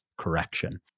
Correction